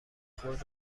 خود